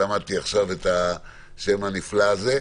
שלמדתי עכשיו את השם הנפלא הזה?